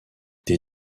des